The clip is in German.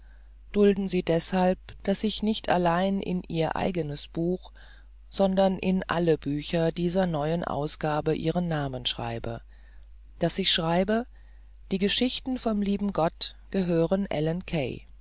dulden sie deshalb daß ich nicht allein in ihr eigenes buch sondern in alle bücher dieser neuen ausgabe ihren namen schreibe daß ich schreibe die geschichten vom lieben gott gehören ellen